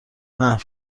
محو